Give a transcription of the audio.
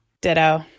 Ditto